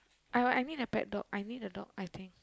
uh I need a pet dog I need a dog I think